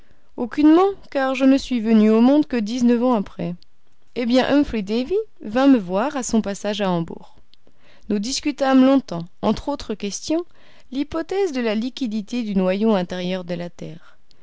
aucunement car je ne suis venu au monde que dix-neuf ans après eh bien humphry davy vint me voir à son passage à hambourg nous discutâmes longtemps entre autres questions l'hypothèse de la liquidité du noyau intérieur de la terre